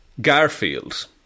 Garfield